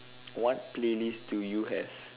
what playlist do you have